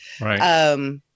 Right